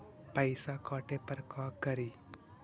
पैसा काटे पर का करि?